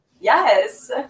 Yes